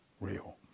real